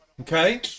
okay